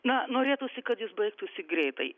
na norėtųsi kad jis baigtųsi greitai